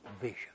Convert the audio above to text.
vision